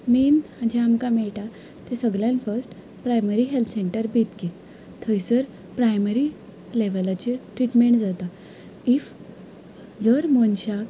main जें आमकां मेळटा तें सगळ्यान फर्स्ट प्रायमरी हॅल्थ सँटर बेतकें थंयसर प्रायमरी लेव्हलाचेर ट्रिटमँट जाता इफ जर मनशाक